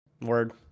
Word